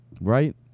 Right